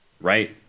right